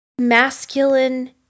masculine